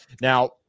Now